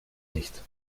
nicht